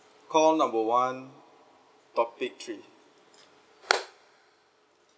call number one topic three